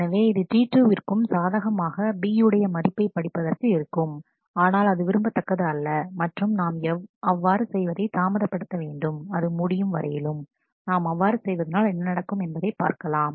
எனவே இது T2 விற்கும் சாதகமாக B உடைய மதிப்பை படிப்பதற்கு இருக்கும் ஆனால் அது விரும்பத்தக்கது அல்ல மற்றும் நாம் அவ்வாறு செய்வதை தாமதப்படுத்த வேண்டும் அது முடியும் வரையிலும் நாம் அவ்வாறு செய்வதினால் என்ன நடக்கும் என்பதை பார்க்கலாம்